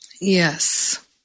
Yes